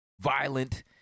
violent